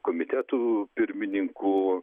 komitetų pirmininkų